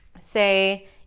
say